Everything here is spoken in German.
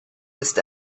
ist